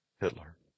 Hitler